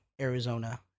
Arizona